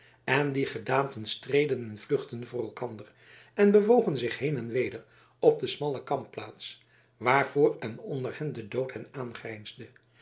en die gedaanten streden en vluchtten voor elkander en bewogen zich heen en weder op de smalle kampplaats waar voor en onder hen de dood hen